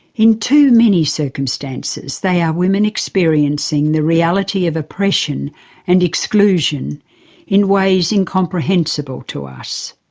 in too many circumstances, they are women experiencing the reality of oppression and exclusion in ways incomprehensible to us.